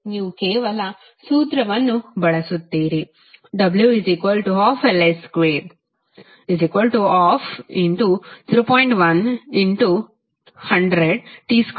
ನೀವು ಕೇವಲ ಸೂತ್ರವನ್ನು ಬಳಸುತ್ತೀರಿ w12Li2120